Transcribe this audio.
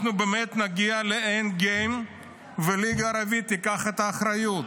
אנחנו באמת נגיע ל-end game והליגה הערבית תיקח את האחריות,